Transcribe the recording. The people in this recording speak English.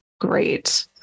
great